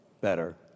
better